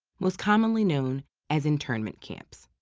most commonly known as internment camps.